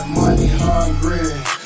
money-hungry